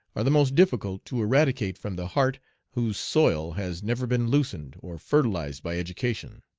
are the most difficult to eradicate from the heart whose soil has never been loosened or fertilized by education.